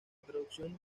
traducción